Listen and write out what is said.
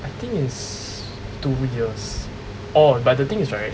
I think is two years oh but the thing is right